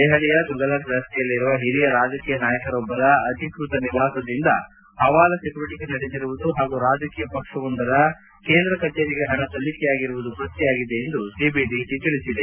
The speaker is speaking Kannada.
ದೆಹಲಿಯ ತುಫಲಕ್ ರಸ್ತೆಯಲ್ಲಿರುವ ಹಿರಿಯ ರಾಜಕೀಯ ನಾಯಕರೊಬ್ಲರ ಅಧಿಕ್ಷತ ನಿವಾಸದಿಂದ ಪವಾಲಾ ಚಟುವಟಿಕೆ ನಡೆದಿರುವುದು ಪಾಗೂ ರಾಜಕೀಯ ಪಕ್ಷವೊಂದರ ಕೇಂದ್ರ ಕಚೇರಿಗೆ ಪಣ ಸಲ್ಲಿಕೆಯಾಗಿರುವುದು ಪತ್ತೆಯಾಗಿದೆ ಎಂದು ಸಿಬಿಡಿಟಿ ತಿಳಿಸಿದೆ